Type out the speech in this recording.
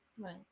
right